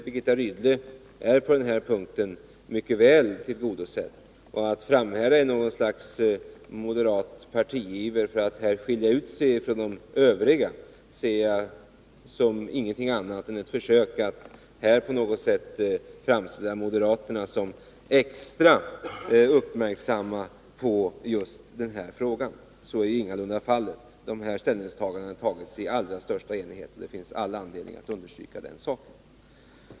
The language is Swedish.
Birgitta Rydle är på den här punkten mycket väl tillgodosedd. Att framhärda i något slags moderat partiiver för att här skilja ut sig från de övriga ser jag som inget annat än ett försök att på något sätt framställa moderaterna som extra uppmärksamma på just den här frågan. Så är ingalunda fallet. Dessa ställningstaganden har skett i allra största enighet — det finns all anledning att understryka den saken.